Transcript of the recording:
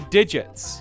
Digits